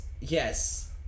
yes